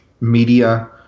media